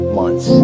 months